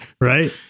right